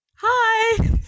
Hi